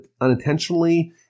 unintentionally